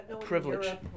privilege